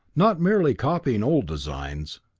not merely copying old designs.